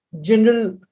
general